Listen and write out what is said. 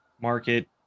market